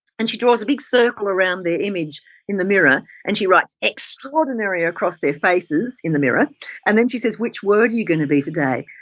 and she draws a big circle around their image in the mirror and she writes extraordinary across their faces in the mirror and she say's which word are you going to be today?